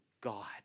God